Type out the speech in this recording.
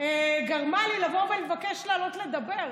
גרמה לי לבוא ולבקש לעלות לדבר,